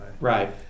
Right